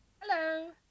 hello